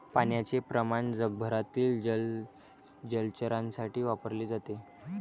पाण्याचे प्रमाण जगभरातील जलचरांसाठी वापरले जाते